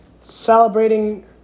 celebrating